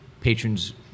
patrons